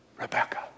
Rebecca